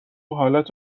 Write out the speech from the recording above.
حالت